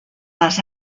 les